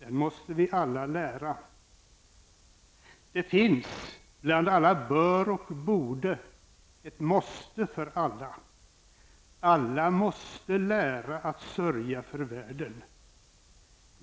De måste vi alla lära. Det finns bland alla bör och borde ett måste för alla. Alla måste lära att sörja för världen.